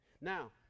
Now